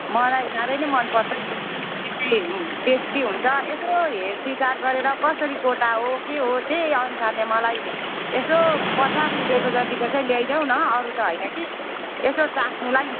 मलाई साह्रै नै मनपर्छ त्यो सेलरोटी चाहिँ टेस्टी हुन्छ यसो हेरविचार गरेर कसरी गोटा हो के हो त्यही अनुसारले मलाई यसो पचास रुपियाँको जतिको चाहिँ ल्याइदेऊ न अरू त होइन कि यसो चाख्नुलाई